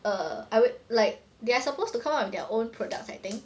err I would like they are supposed to come up with their own products I think